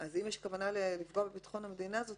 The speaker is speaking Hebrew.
אז אם יש כוונה לפגוע בביטחון המדינה זאת